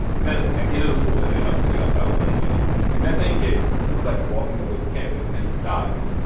but then, at the end of the school day, i was standing outside with ben williams. and that same kid was, like, walking away from campus. and he stopped,